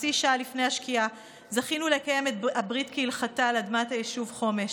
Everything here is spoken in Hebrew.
חצי שעה לפני השקיעה זכינו לקיים את הברית כהלכתה על אדמת היישוב חומש.